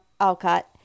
Alcott